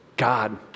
God